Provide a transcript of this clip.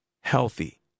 healthy